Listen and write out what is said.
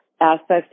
aspects